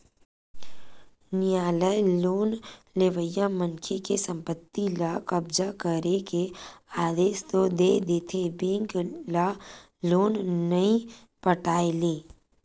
नियालय लोन लेवइया मनखे के संपत्ति ल कब्जा करे के आदेस तो दे देथे बेंक ल लोन नइ पटाय ले